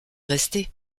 rester